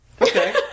Okay